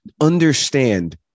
understand